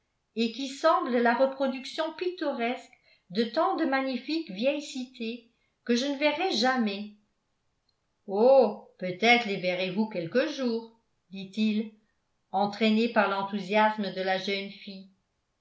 et qui semble la reproduction pittoresque de tant de magnifiques vieilles cités que je ne verrai jamais oh peut-être les verrez-vous quelque jour dit-il entraîné par l'enthousiasme de la jeune fille